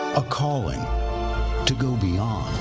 a calling to go beyond.